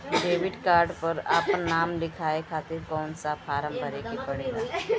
Debit card पर आपन नाम लिखाये खातिर कौन सा फारम भरे के पड़ेला?